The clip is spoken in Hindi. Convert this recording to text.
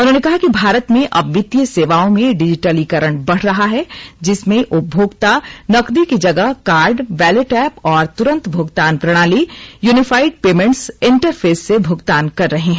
उन्होंने कहा कि भारत में अब वित्तीय सेवाओं में डिजिटलीकरण बढ़ रहा है जिसमें उपभोक्ता नकदी की जगह कार्ड वैलेट एप्प और तुरंत भुगतान प्रणाली यूनिफाइड पेमेंट्स इंटरफेस से भुगतान कर रहे हैं